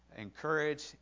encourage